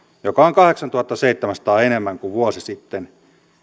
joka on kahdeksantuhannenseitsemänsadan enemmän kuin vuosi sitten